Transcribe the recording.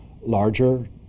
larger